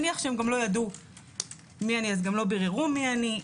נניח שהם גם לא ידעו מי אני אז גם לא ביררו מי אני.